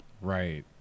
Right